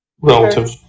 relative